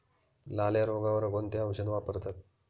लाल्या रोगावर कोणते औषध वापरतात?